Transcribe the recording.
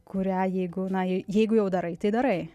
kurią jeigu na jeigu jau darai tai darai